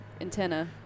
antenna